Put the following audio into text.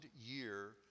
year